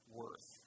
worth